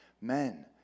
men